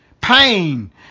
Pain